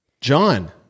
John